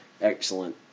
excellent